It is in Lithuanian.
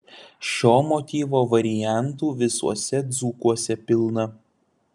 šio motyvo variantų visuose dzūkuose pilna